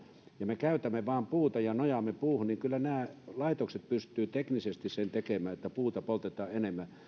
ja käytämme vain puuta ja nojaamme puuhun niin kyllä nämä laitokset pystyvät teknisesti sen tekemään että puuta poltetaan enemmän